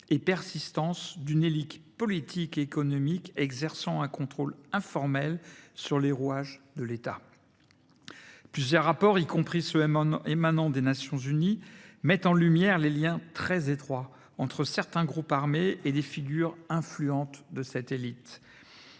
et persistance d’une élite politique et économique exerçant un contrôle informel sur les rouages de l’État. Plusieurs rapports, dont certains émanent des Nations unies, mettent d’ailleurs en lumière les liens très étroits entre certains groupes armés et des figures influentes de cette élite.